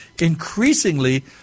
increasingly